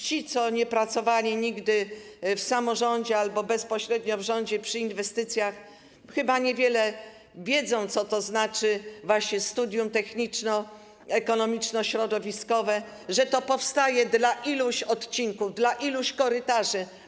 Ci, którzy nie pracowali nigdy w samorządzie albo bezpośrednio w rządzie przy inwestycjach, chyba niewiele wiedzą, co to znaczy studium techniczno-ekonomiczno-środowiskowe, że to powstaje dla iluś odcinków, dla iluś korytarzy.